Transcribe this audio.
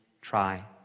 try